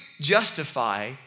justify